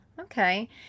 Okay